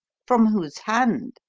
from whose hand?